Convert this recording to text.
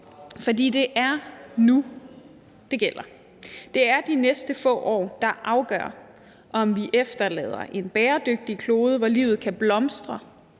For det er nu, det gælder. Det er de næste få år, der afgør, om vi efterlader en bæredygtig klode, hvor livet kan blomstre